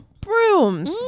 brooms